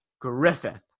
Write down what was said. Griffith